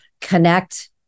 connect